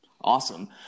Awesome